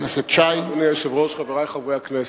אדוני היושב-ראש, חברי חברי הכנסת,